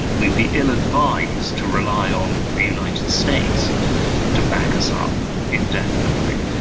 and we'd be ill advised to rely on the united states to back us up indefinitely.